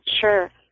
Sure